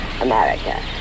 America